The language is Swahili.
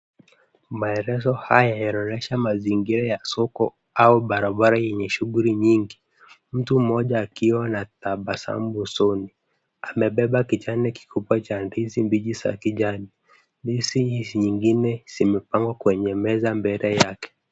Maelezo haya yanaonyesha mazingira ya soko au barabara yenye shughuli nyingi. Mtu mmoja akiwa na tabasamu usoni. Amebeba kichane kikubwa cha ndizi mbichi za kijani. Ndizi nyingine zimepangwa kwenye meza mbele yake.